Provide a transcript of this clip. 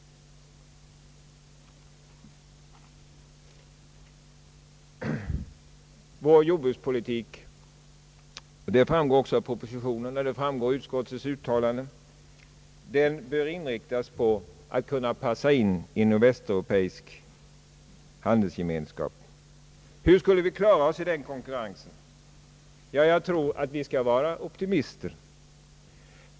Vår jordbrukspolitik bör — det framgår av propositionen och av utskottets uttalanden — inriktas på att passa in i en västeuropeisk handelsgemenskap. Hur skulle vi klara oss i den konkurrensen? Jag tror att vi skall vara optimister.